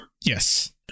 Yes